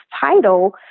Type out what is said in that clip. title